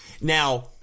Now